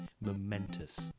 momentous